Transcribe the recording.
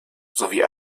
sowie